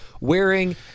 wearing